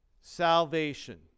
salvation